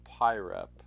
Pyrep